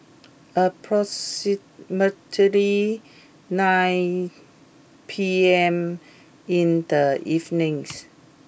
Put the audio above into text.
approximately nine P M in the evening